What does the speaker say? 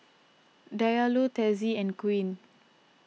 Diallo Tessie and Quinn